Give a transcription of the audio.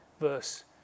Verse